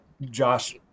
Josh